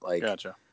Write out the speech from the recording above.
Gotcha